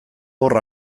hor